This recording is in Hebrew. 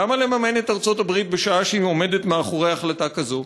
למה לממן את ארצות-הברית בשעה שהיא עומדת מאחורי החלטה כזו?